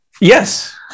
Yes